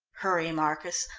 hurry, marcus,